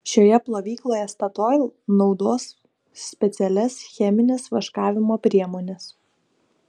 šioje plovykloje statoil naudos specialias chemines vaškavimo priemones